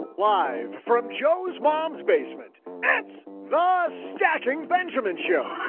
live from joe's mom's basement it's the stacking benjamins show